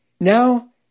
Now